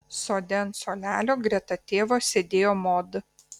sode ant suolelio greta tėvo sėdėjo mod